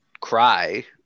cry